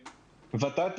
ות"ת,